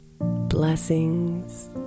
Blessings